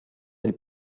del